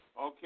Okay